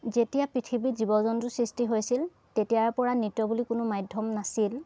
যেতিয়া পৃথিবীত জীৱ জন্তুৰ সৃষ্টি হৈছিল তেতিয়াৰ পৰা নৃত্য বুলি কোনো মাধ্যম নাছিল